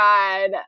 God